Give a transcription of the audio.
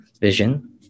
vision